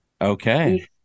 Okay